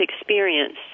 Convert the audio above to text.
experience